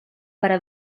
para